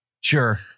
Sure